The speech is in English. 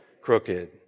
crooked